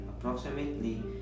Approximately